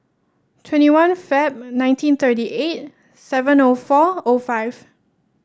twenty one Feb nineteen thirty eight seven O four O five